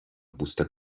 busta